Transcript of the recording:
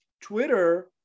Twitter